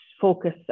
focus